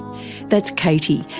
that's katie,